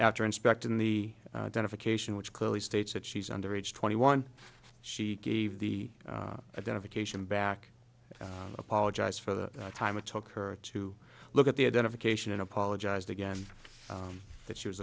after inspecting the identification which clearly states that she's under age twenty one she gave the identification back apologize for the time it took her to look at the identification and apologized again that she was